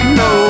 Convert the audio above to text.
no